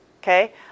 Okay